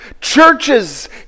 Churches